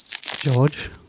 George